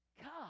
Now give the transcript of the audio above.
God